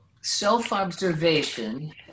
self-observation